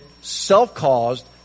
self-caused